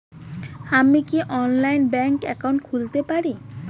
আমি কি অনলাইনে ব্যাংক একাউন্ট খুলতে পারি?